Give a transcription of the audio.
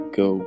go